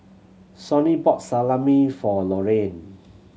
Sonny bought Salami for Lorraine